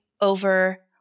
over